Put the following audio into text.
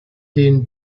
den